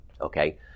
Okay